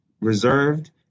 reserved